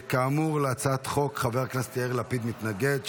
כאמור, להצעת החוק חבר הכנסת יאיר לפיד מתנגד.